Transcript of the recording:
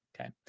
Okay